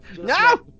No